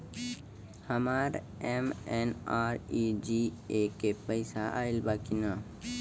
हमार एम.एन.आर.ई.जी.ए के पैसा आइल बा कि ना?